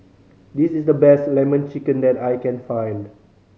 this is the best Lemon Chicken that I can find